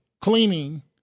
cleaning